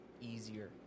easier